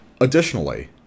Additionally